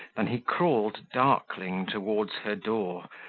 than he crawled darkling towards her door,